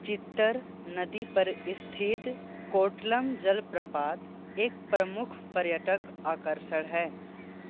चित्तर नदी पर स्थित कोर्टाल्लम प्रपात एक प्रमुख पर्यटक आकर्षण है